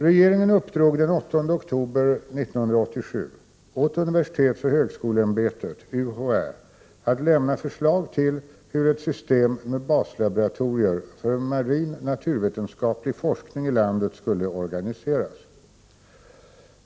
Regeringen uppdrog den 8 oktober 1987 åt universitetsoch högskoleämbetet att lämna förslag till hur ett system med baslaboratorier för marin naturvetenskaplig forskning i landet skulle organiseras.